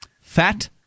Fat